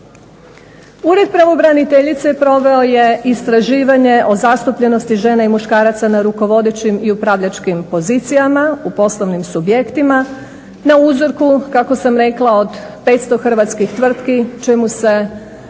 Ured pravobraniteljice proveo je istraživanje o zastupljenosti žena i muškaraca na rukovodećim i upravljačkim pozicijama u poslovnim subjektima na uzorku kako sam rekla od 500 hrvatskih tvrtki čemu se